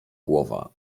głowa